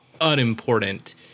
unimportant